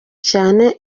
cyane